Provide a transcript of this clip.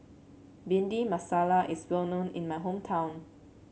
Bhindi Masala is well known in my hometown